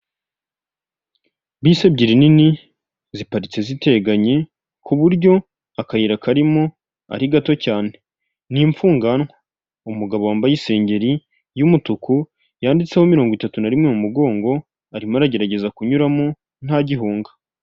Bisi ebyiri nini ziparitse ziteganye, ku buryo akayira karimo ari gato cyane. Ni imfunganwa. Umugabo wambaye isengeri y'umutuku yanditseho mirongo itatu nari rimwe mu mugongo, arimo aragerageza kunyuramo, nta gihunga.